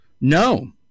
no